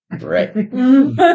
Right